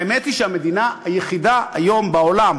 האמת היא שהמדינה היחידה בעולם